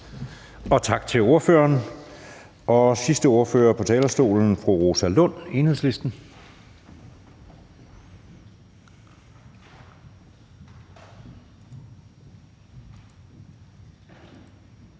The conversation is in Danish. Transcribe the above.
Tak til ordføreren. Sidste ordfører på talerstolen er fru Rosa Lund, Enhedslisten.